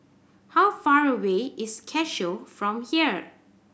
how far away is Cashew from here